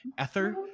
ether